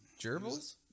Gerbils